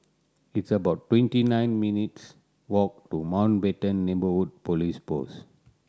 it's about twenty nine minutes' walk to Mountbatten Neighbourhood Police Post